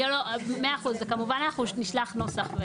100%. כמובן אנחנו נשלח נוסח.